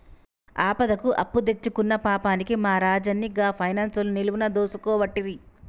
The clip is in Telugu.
ఆపదకు అప్పుదెచ్చుకున్న పాపానికి మా రాజన్ని గా పైనాన్సోళ్లు నిలువున దోసుకోవట్టిరి